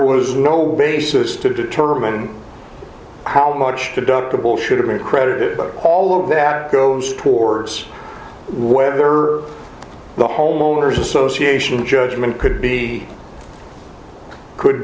was no basis to determine how much to duck the ball should have been credited but all of that goes towards whether the homeowners association judgment could be could